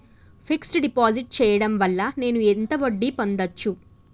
Fix డ్ deposit చేయటం వల్ల నేను ఎంత వడ్డీ పొందచ్చు?